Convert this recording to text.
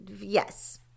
Yes